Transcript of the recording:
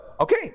Okay